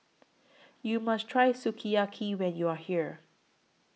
YOU must Try Sukiyaki when YOU Are here